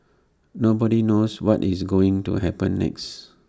nobody knows what is going to happen next